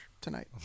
tonight